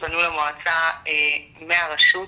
שפנו למועצה מהרשות.